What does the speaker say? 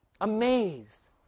amazed